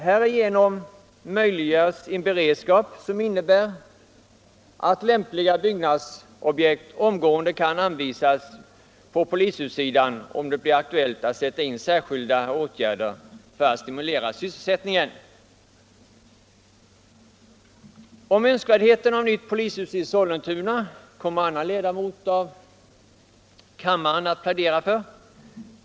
Härigenom möjliggörs en beredskap som innebär att lämpliga byggnadsobjekt omgående kan anvisas på polishussidan om det blir aktuellt att sätta in särskilda åtgärder för att stimulera sysselsättningen. Om önskvärdheten av nytt polishus i Sollentuna kommer annan ledamot av kammaren att plädera.